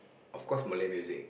of course Malay music